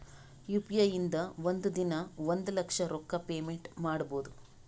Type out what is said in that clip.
U P I ಇಂದ ಒಂದ್ ದಿನಾ ಒಂದ ಲಕ್ಷ ರೊಕ್ಕಾ ಪೇಮೆಂಟ್ ಮಾಡ್ಬೋದ್